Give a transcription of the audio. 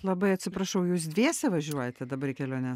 labai atsiprašau jūs dviese važiuojate dabar į kelionę